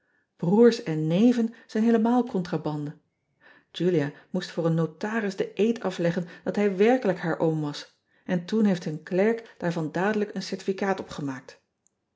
roers en neven zijn heelemaal contrabande ulia moest voor een notaris den eed afleggen dat hij werkelijk haar oom was en toen heeft een klerk daarvan dadelijk een certificaat opgemaakt